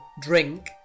drink